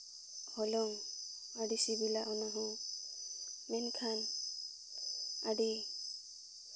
ᱦᱚᱞᱚᱝ ᱟᱹᱰᱤ ᱥᱤᱵᱤᱞᱟ ᱚᱱᱟ ᱦᱚᱸ ᱢᱮᱱᱠᱷᱟᱱ ᱟᱹᱰᱤ